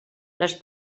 les